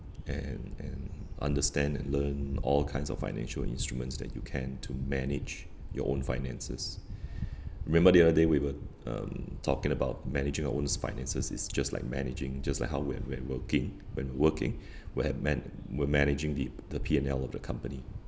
and and understand and learn all kinds of financial instruments that you can to manage your own finances remember the other day we were um talking about managing our own finances is just like managing just like how when when working when working we had man~ we're managing the the P and L of the company